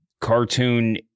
cartoon